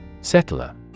Settler